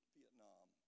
Vietnam